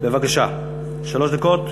בבקשה, שלוש דקות.